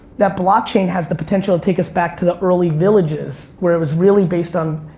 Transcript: that blockchain has the potential to take us back to the early villages where it was really based on,